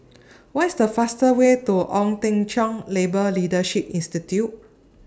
What IS The fastest Way to Ong Teng Cheong Labour Leadership Institute